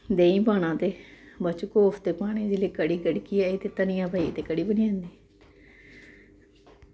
देहीं पाना ते बाद च कोफते पाने जिसलै कढ़ी गड़की आई ते धनियां पाइयै ते कढ़ी बनी जंदी